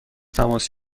تماس